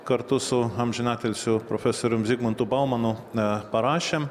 kartu su amžinatilsiu profesoriumi zigmantu baumanu na parašėme